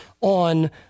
on